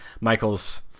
Michael's